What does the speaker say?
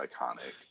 iconic